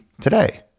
today